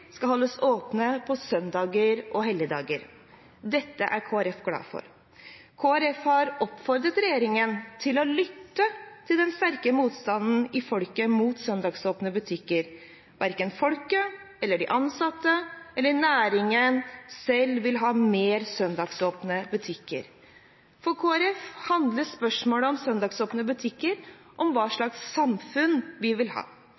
skal holdes åpne på søndager og helligdager. Dette er Kristelig Folkeparti glad for. Kristelig Folkeparti har oppfordret regjeringen til å lytte til den sterke motstanden i folket mot søndagsåpne butikker. Verken folket, de ansatte eller næringen selv vil ha mer søndagsåpne butikker. For Kristelig Folkeparti handler spørsmålet om søndagsåpne butikker om hva slags samfunn vi vil ha.